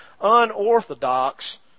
unorthodox